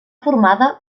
formada